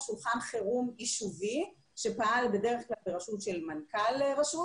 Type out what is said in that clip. שולחן חירום יישובי שפעל בדרך כלל בראשות של מנכ"ל רשות